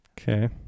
Okay